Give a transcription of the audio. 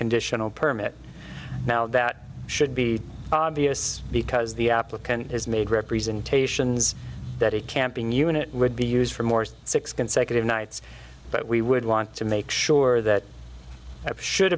conditional permit now that should be obvious because the applicant has made representations that a camping unit would be used for more six consecutive nights but we would want to make sure that it should